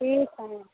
ठीक है